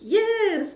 yes